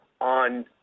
on